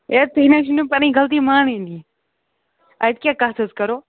ہے تُہۍ نہٕ حظ چھُو نہٕ پَنٕنۍ غلطی مانٲنی اَتہِ کیٛاہ کَتھ حظ کَرو